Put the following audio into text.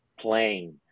playing